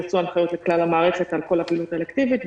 יצאו ההנחיות לכלל המערכת על כל הפעילות האלקטיבית,